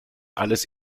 alles